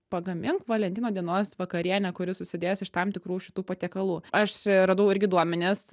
pagamink valentino dienos vakarienę kuri susidės iš tam tikrų šitų patiekalų aš radau irgi duomenis